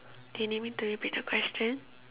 do you need me to repeat the question